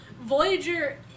Voyager